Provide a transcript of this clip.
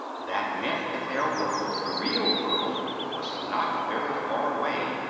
that meant that their world the real world was not very far away,